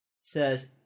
says